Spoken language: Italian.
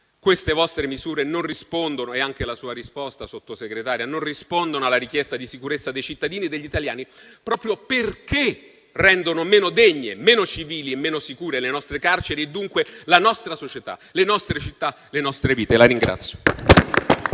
queste vostre misure (e anche la sua risposta, Sottosegretaria) non rispondono alla richiesta di sicurezza dei cittadini e degli italiani, proprio perché rendono meno degne, civili e sicure le nostre carceri e, dunque, la nostra società, le nostre città, le nostre vite.